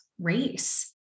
race